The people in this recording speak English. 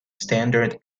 standard